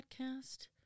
podcast